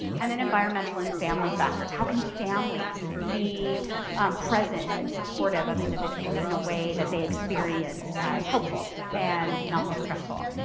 and then environmental and family factors how can families be present and supportive of individuals in a way that they experience as helpful and not more stressful.